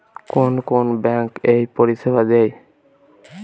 কোন কোন ব্যাঙ্ক এই পরিষেবা দেয়?